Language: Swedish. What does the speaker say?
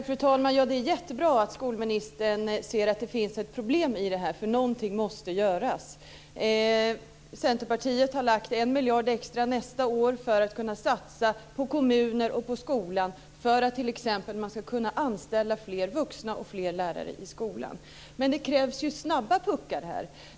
Fru talman! Det är jättebra att skolministern ser att det finns ett problem i detta, därför att någonting måste göras. Centerpartiet har i sin budget tillfört 1 miljard extra nästa år som ska kunna satsas på kommuner och på skolan för att man ska kunna anställa fler lärare och andra vuxna i skolan. Men det krävs ju snabba puckar här.